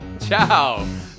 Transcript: Ciao